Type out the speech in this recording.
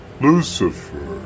Lucifer